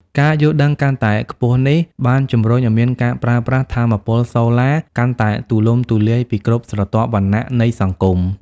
ការយល់ដឹងកាន់តែខ្ពស់នេះ បានជំរុញឱ្យមានការប្រើប្រាស់ថាមពលសូឡាកាន់តែទូលំទូលាយពីគ្រប់ស្រទាប់វណ្ណៈនៃសង្គម។